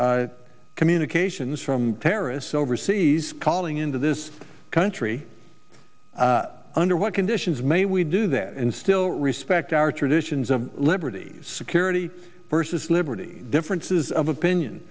communications from terrorists overseas calling into this country under what conditions may we do that and still respect our traditions of liberty security versus liberty differences of opinion